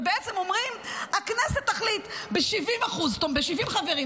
ובעצם אומרים שהכנסת תחליט ב-70 חברים.